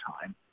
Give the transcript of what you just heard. time